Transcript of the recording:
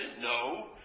No